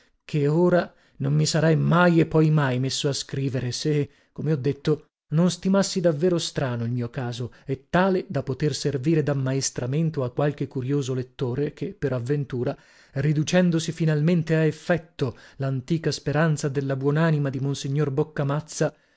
che ora non mi sarei mai e poi mai messo a scrivere se come ho detto non stimassi davvero strano il mio caso e tale da poter servire dammaestramento a qualche curioso lettore che per avventura riducendosi finalmente a effetto lantica speranza della buonanima di monsignor